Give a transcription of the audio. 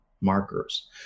markers